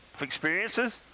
experiences